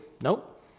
Nope